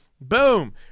boom